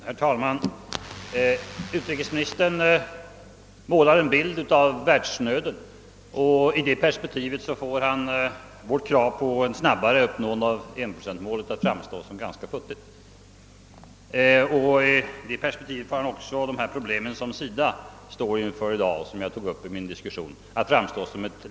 Herr talman! Utrikesministern målar en bild av världsnöden, och i detta perspektiv får han vårt krav på ett snabbare uppnående av 1-procentsmålet att framstå som ganska futtigt. I detta perspektiv får han också de problem som SIDA i dag står inför och som jag tog upp i mitt anförande att framstå som små.